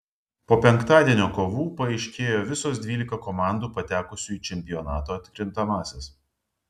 po penktadienio kovų paaiškėjo visos dvylika komandų patekusių į čempionato atkrintamąsias